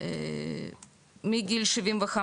מגיל 75: